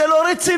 זה לא רציני.